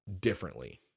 differently